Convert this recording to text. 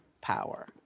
power